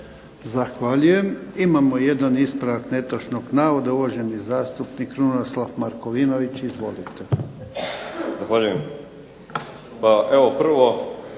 Zahvaljujem. Imamo jedan ispravak netočnog navoda, uvaženi zastupnik Krunoslav Markovinović. Izvolite.